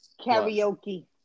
Karaoke